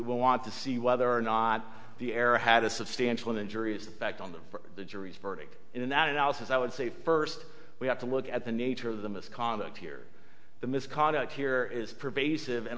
we want to see whether or not the error had a substantial injury effect on them for the jury's verdict in that analysis i would say first we have to look at the nature of the misconduct here the misconduct here is pervasive and